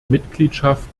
mitgliedschaft